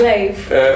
Life